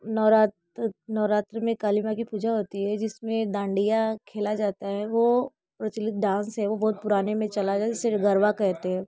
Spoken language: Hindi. नवरात्रि नवरात्रि में काली माँ की पूजा होती है इसमे डांडिया खेला जाता हैं वो प्रचलित डांस है वो बहुत पुराने में चला गया जिसे गरबा कहते हैं